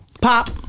Pop